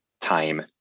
time